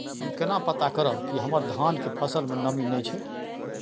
हम केना पता करब की हमर धान के फसल में नमी नय छै?